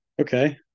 Okay